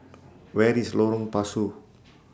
Where IS Lorong Pasu